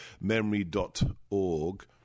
memory.org